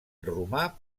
romà